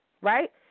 right